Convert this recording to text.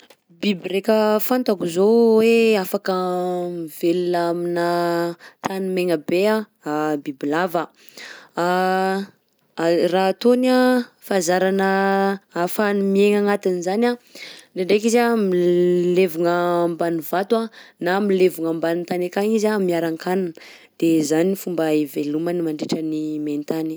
Biby raika fantako zao hoe afaka mivelona aminà tany maigna be anh bibilava raha ataony anh fahazarana ahafahany miaigna agnatin'zany anh ndraindraika izy anh mil- levigna ambany vato anh na milevogna ambany tany akagny izy anh miaran-kanina, de zany ny fomba hivelomany mandrintra ny main-tany.